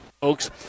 folks